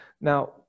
Now